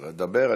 דבר.